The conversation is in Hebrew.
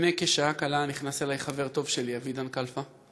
לפני כשעה קלה נכנס אלי חבר טוב שלי, אבידן כלפה,